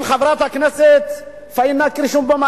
אם חברת הכנסת פאינה קירשנבאום,